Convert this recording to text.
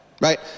right